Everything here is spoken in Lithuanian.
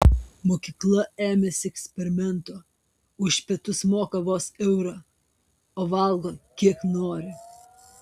mokykla ėmėsi eksperimento už pietus moka vos eurą o valgo kiek nori